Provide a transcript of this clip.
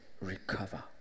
Recover